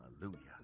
Hallelujah